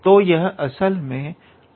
तो यह असल में 𝐼𝑛−2 है